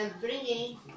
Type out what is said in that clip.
bringing